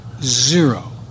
Zero